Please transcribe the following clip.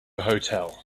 hotel